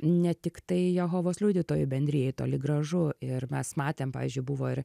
ne tiktai jehovos liudytojų bendrijai toli gražu ir mes matėm pavyzdžiui buvo ir